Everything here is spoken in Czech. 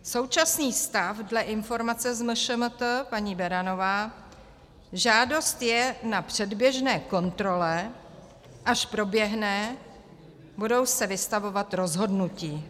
Současný stav dle informace z MŠMT paní Beranová, žádost je na předběžné kontrole, až proběhne, budou se vystavovat rozhodnutí.